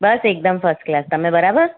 બસ એકદમ first class તમે બરાબર